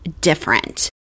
different